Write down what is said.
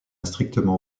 strictement